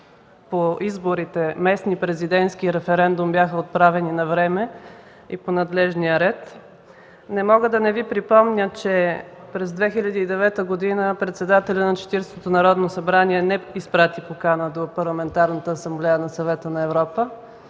по изборите – местни, президентски и референдум, бяха отправени навреме и по надлежния ред. Не мога да не Ви припомня, че през 2009 г. председателят на 40-ото Народно събрание не изпрати покана до Парламентарната асамблея на Съвета на Европа.